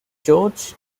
george